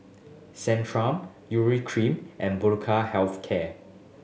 Centrum Urea Cream and Health Care